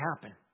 happen